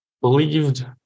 believed